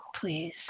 please